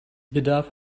bedarf